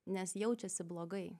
nes jaučiasi blogai